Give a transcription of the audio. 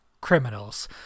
criminals